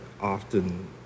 often